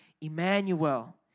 Emmanuel